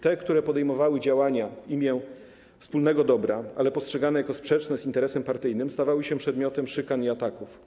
Te, które podejmowały działania w imię wspólnego dobra, ale postrzegane jako sprzeczne z interesem partyjnym, stawały się przedmiotem szykan i ataków.